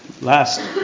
Last